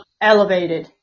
elevated